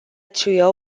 trio